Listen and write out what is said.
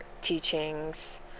teachings